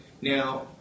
Now